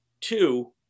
Two